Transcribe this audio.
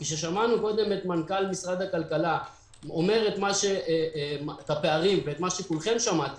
כששמענו קודם את מנכ"ל משרד הכלכלה אומר את הפערים ומה ששמעתם,